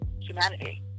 humanity